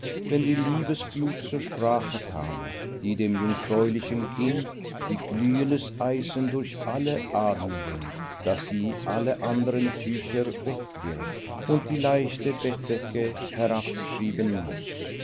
wenn die liebesglut zur sprache kam die dem jungfräulichen kind wie glühendes eisen durch alle adern rinnt daß sie alle andern tücher wegwirft und die leichte bettdecke herabschieben muß